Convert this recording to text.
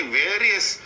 various